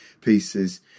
pieces